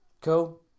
Cool